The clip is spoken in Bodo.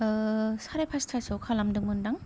आह सारे पास्तासोआव खालामदोंमोन दां